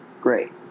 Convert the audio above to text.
Great